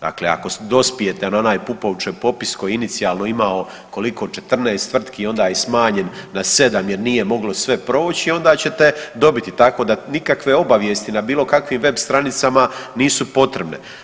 Dakle, ako dospijete na onaj Pupovčev popis koji je inicijalno imao, koliko, 14 tvrtki, onda je smanjen na 7 jer nije moglo sve proći, onda ćete dobiti, tako da nikakve obavijest na bilokakvim web stranicama nisu potrebne.